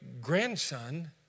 grandson